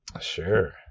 Sure